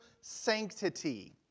sanctity